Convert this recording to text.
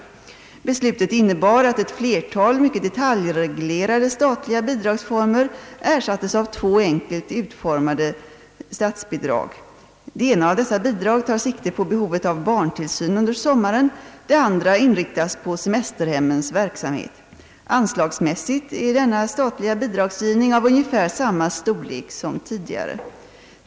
Beslutet innebar att ett flertal mycket detaljreglerade statliga bidragsformer ersattes av två enkelt utformade statsbidrag. Det ena av dessa bidrag tar sikte på behovet av barntillsyn under sommaren, det andra inriktas på semesterhemmens verksamhet. Anslagsmässigt är denna statliga bidragsgivning av ungefär samma storlek som tidigare.